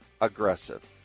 aggressive